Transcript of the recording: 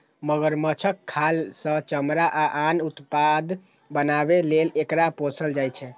मगरमच्छक खाल सं चमड़ा आ आन उत्पाद बनाबै लेल एकरा पोसल जाइ छै